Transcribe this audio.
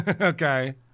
Okay